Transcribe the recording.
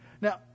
Now